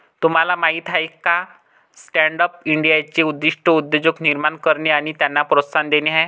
तुम्हाला माहीत आहे का स्टँडअप इंडियाचे उद्दिष्ट उद्योजक निर्माण करणे आणि त्यांना प्रोत्साहन देणे आहे